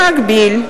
במקביל,